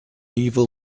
evil